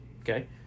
okay